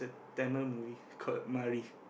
Tamil movie called Maari